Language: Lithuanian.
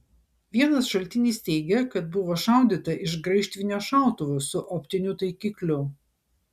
vienas šaltinis teigia kad buvo šaudyta iš graižtvinio šautuvo su optiniu taikikliu